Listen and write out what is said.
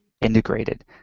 integrated